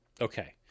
okay